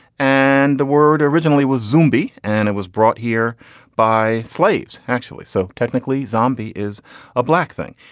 and the word originally was zombie and it was brought here by slaves actually so technically zombie is a black thing.